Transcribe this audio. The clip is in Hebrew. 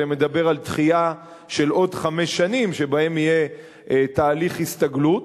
אלא מדבר על דחייה של עוד חמש שנים שבהן יהיה תהליך הסתגלות,